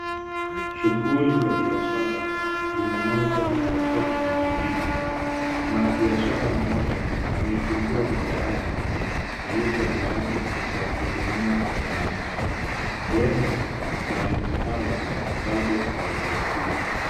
Shughuli za biashara zimenoga katika kijiji hiki. Mwanabiashara mmoja ameifungua duka yake na yupo tayari kuwahudumia wananchi. Huenda wananchi hawa bado hawajawasili.